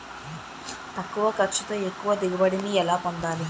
తక్కువ ఖర్చుతో ఎక్కువ దిగుబడి ని ఎలా పొందాలీ?